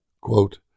Quote